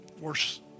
worse